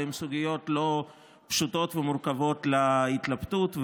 והן סוגיות לא פשוטות ומורכבות להתלבטות,